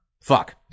fuck